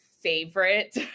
favorite